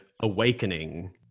awakening